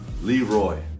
Leroy